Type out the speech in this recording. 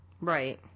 Right